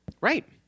Right